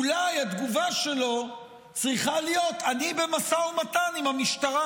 אולי התגובה שלו צריכה להיות: אני במשא ומתן עם המשטרה.